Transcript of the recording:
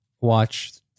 watch